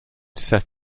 seth